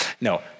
No